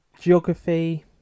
geography